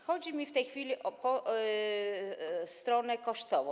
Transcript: Chodzi w tej chwili o stronę kosztową.